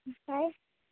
ओमफ्राय